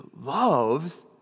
loves